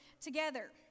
together